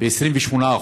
ב-28%.